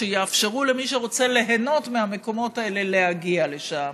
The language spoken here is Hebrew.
שיאפשרו למי שרוצה ליהנות מהמקומות האלה להגיע לשם,